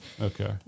Okay